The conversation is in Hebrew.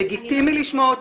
לגיטימי לשמוע אותו,